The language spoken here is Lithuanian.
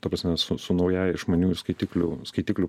ta prasme su su naująja išmaniųjų skaitiklių skaitiklių